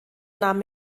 nahm